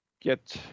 get